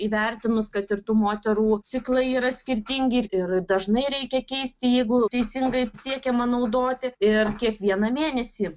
įvertinus kad ir tų moterų ciklai yra skirtingi ir ir dažnai reikia keisti jeigu teisingai siekiama naudoti ir kiekvieną mėnesį